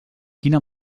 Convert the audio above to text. quina